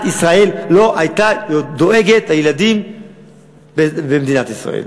ישראל לא הייתה דואגת לילדים במדינת ישראל.